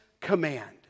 command